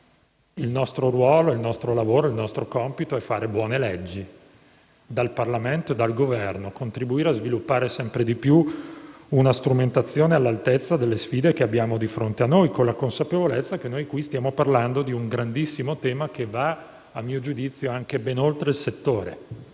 il nostro ruolo, il nostro lavoro e il nostro compito è quello di fare buone leggi e, dal Parlamento e dal Governo, contribuire a sviluppare sempre di più una strumentazione all'altezza delle sfide che abbiamo di fronte, nella consapevolezza che stiamo parlando di un grandissimo tema che, a mio giudizio, va ben oltre il settore.